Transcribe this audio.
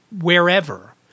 wherever